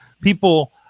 people